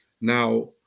Now